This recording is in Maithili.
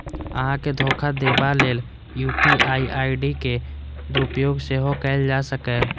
अहां के धोखा देबा लेल यू.पी.आई आई.डी के दुरुपयोग सेहो कैल जा सकैए